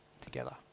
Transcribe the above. together